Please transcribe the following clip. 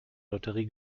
lotterie